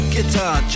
Guitar